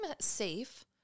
safe